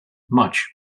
much